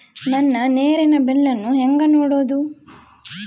ನನ್ನ ನೇರಿನ ಬಿಲ್ಲನ್ನು ಹೆಂಗ ನೋಡದು?